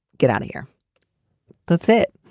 get out of here that's it.